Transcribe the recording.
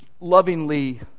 lovingly